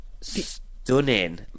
stunning